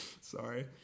Sorry